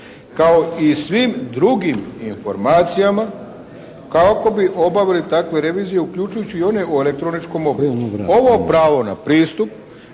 kao i svim drugim informacijama kako bi obavili takvu reviziju uključujući i one u elektroničkom obliku". Ovo pravo na pristup